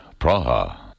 Praha